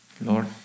lord